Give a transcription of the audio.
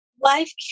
Life